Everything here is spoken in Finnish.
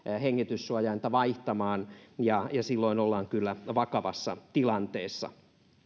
hengityssuojainta vaihtamaan ja silloin ollaan kyllä vakavassa tilanteessa